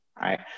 right